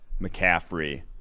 mccaffrey